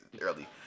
early